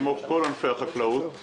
כמו כל ענפי החקלאות,